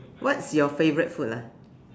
what's your favourite food lah